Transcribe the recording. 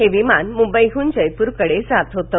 हे विमान मुंबईहून जयपूर कडे जात होतं